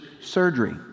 surgery